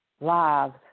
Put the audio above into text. lives